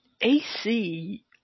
AC